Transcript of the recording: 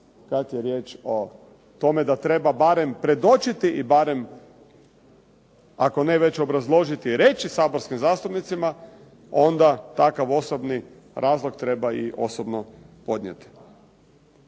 kad je riječ o tome da treba barem predočiti i barem ako ne već obrazložiti i reći saborskim zastupnicima onda takav osobni razlog treba i osobno podnijeti.